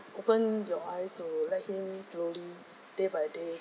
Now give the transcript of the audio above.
open your eyes to let him slowly day by day